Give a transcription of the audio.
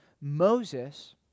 Moses